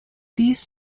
these